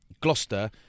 Gloucester